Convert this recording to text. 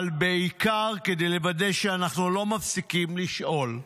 אבל בעיקר כדי לוודא שאנחנו לא מפסיקים לשאול.